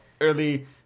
early